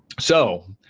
so,